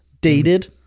dated